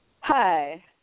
Hi